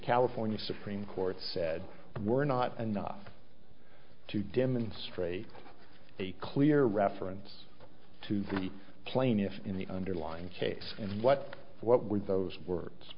california supreme court said were not enough to demonstrate a clear reference to the plaintiff in the underlying case and what what were those words